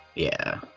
yeah,